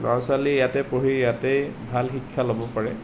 ল'ৰা ছোৱালী ইয়াতে পঢ়ি ইয়াতেই ভাল শিক্ষা ল'ব পাৰে